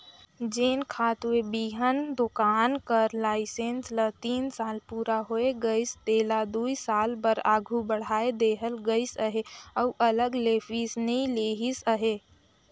जेन खातूए बीहन दोकान कर लाइसेंस ल तीन साल पूरा होए गइस तेला दुई साल बर आघु बढ़ाए देहल गइस अहे अउ अलग ले फीस नी लेहिस अहे